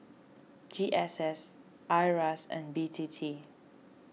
G S S Iras and B T T